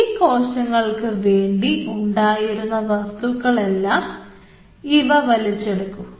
ആ കോശങ്ങൾക്ക് വേണ്ടി ഉണ്ടായിരുന്ന വസ്തുക്കളെല്ലാം ഇവ വലിച്ചെടുക്കും